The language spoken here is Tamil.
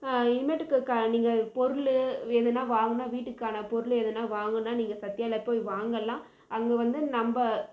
இனிமேட்டுக்கு க நீங்கள் பொருள் வேணுன்னால் வாங்கினா வீட்டுக்கான பொருள் எதுனால் வாங்கணுன்னால் நீங்கள் சத்யாவில் போய் வாங்கலாம் அங்கே வந்து நம்ம